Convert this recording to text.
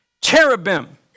Cherubim